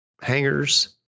hangers